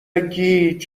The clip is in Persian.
گیج